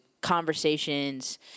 conversations